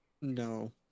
No